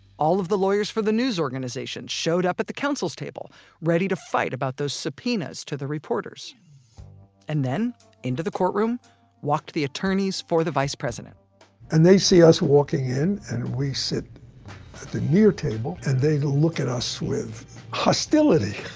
all of the lawyers for the news organizations showed up at the counsel's table ready to fight about those subpoenas to the reporters and then into the courtroom walked the attorneys for the vice president and they see us walking in, and we sit at the near table, and they look at us with hostility!